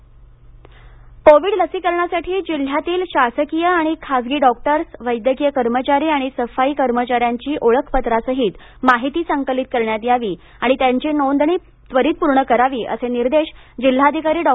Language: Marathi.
लसीकरण नंदरबार कोविंड लसीकरणासाठी जिल्ह्यातील शासकीय आणि खाजगी डॉक्टर्स वैद्यकीय कर्मचारी आणि सफाई कर्मचार्यां ची ओळखपत्रासहीत माहिती संकलित करण्यात यावी आणि त्यांची नोंदणी त्वरीत पूर्ण करावी असे निर्देश जिल्हाधिकारी डॉ